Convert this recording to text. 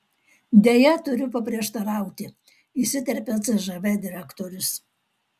deja turiu paprieštarauti įsiterpė cžv direktorius